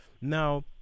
Now